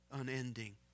unending